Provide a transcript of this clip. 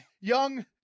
young